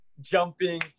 jumping